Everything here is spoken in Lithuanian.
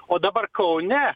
o dabar kaune